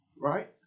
right